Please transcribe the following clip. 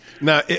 now